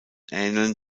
ähneln